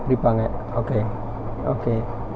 பிரிப்பாங்க:piripaanga okay okay